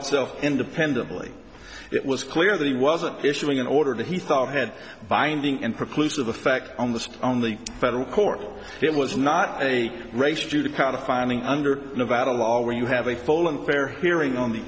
itself independently it was clear that he wasn't issuing an order that he thought had binding and precludes of effect on the only federal court it was not a race to the kind of finding under nevada law where you have a full and fair hearing on the